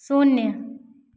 शून्य